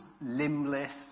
limbless